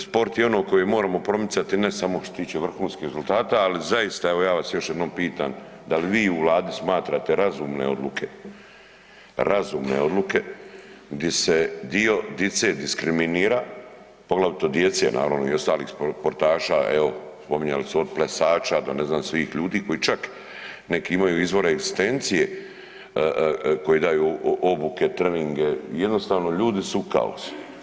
Sport je ono koje moramo promicati ne samo što se tiče vrhunskih rezultata, ali zaista, ja vas još jednom pitam da li vi u Vladi smatrate razumne odluke, razumne odluke di se dio dice diskriminira, poglavito djece, naravno i ostalih sportaša, evo, spominjali su od plesača do ne znam, svih ljudi, koji čak neki imaju izvore egzistencije koji daju obuke, treninge, jednostavno ljudi su u kaosu.